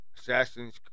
Assassin's